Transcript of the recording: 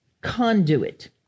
conduit